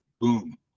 Boom